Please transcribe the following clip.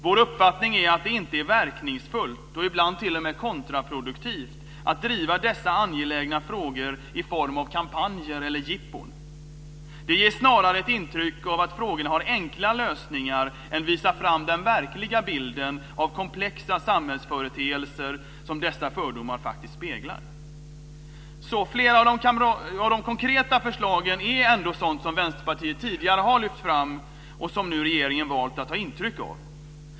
Vår uppfattning är att det inte är verkningsfullt, och att det ibland t.o.m. är kontraproduktivt, att driva dessa angelägna frågor i form av kampanjer eller jippon. Snarare ger det ett intryck av att frågorna har enkla lösningar än visar på den verkliga bilden av de komplexa samhällsföreteelser som dessa fördomar faktiskt speglar. Flera av de konkreta förslagen är ändå sådant som Vänsterpartiet tidigare har lyft fram och som regeringen nu har valt att ta intryck av.